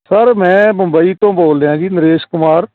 sir ਮੈਂ ਮੁੰਬਈ ਤੋਂ ਬੋਲ ਰਿਹਾ ਜੀ ਨਰੇਸ਼ ਕੁਮਾਰ